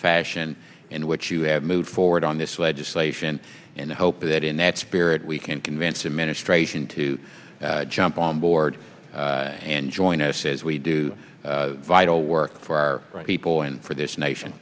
fashion in which you have moved forward on this legislation and i hope that in that spirit we can convince administration to jump on board and join us as we do vital work for our people and for this nation